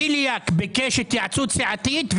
בליאק ביקש התייעצות סיעתית,